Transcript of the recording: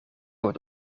wordt